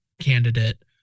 candidate